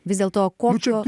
vis dėlto kokio